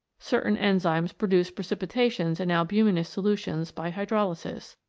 certain enzymes produce precipita tions in albuminous solutions by hydrolysis.